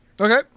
Okay